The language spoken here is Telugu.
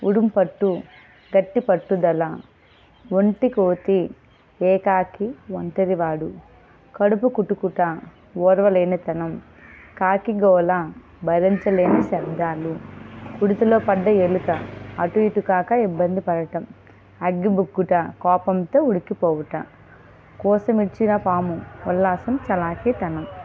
ఉడుంపట్టు గట్టి పట్టుదల ఒంటి కోతి ఏకాకి ఒంటరివాడు కడుపు కుటుకుట ఓర్వలేనితనం కాకి గోల భరించలేని శబ్దాలు కుడితిలో పడ్డ ఎలుక అటు ఇటు కాక ఇబ్బంది పడటం అగ్గి బుక్కుట కోపంతో ఉడికిపోవుట కోసం విడిచిన పాము ఉల్లాసం చలాకీతనం